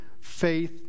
faith